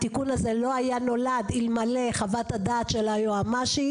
התיקון הזה לא היה נולד אלמלא חוות הדעת של היועמ"שית,